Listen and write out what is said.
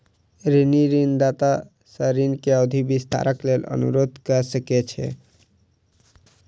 ऋणी ऋणदाता सॅ ऋण के अवधि विस्तारक लेल अनुरोध कय सकै छै